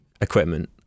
equipment